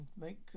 make